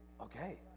Okay